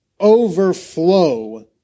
overflow